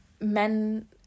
men